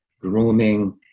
grooming